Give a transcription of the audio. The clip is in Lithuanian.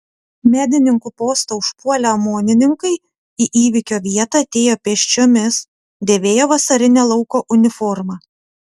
medininkų postą užpuolę omonininkai į įvykio vietą atėjo pėsčiomis dėvėjo vasarinę lauko uniformą